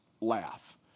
laugh